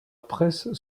presse